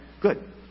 good